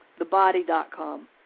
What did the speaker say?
thebody.com